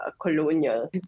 colonial